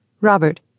Robert